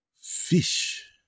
fish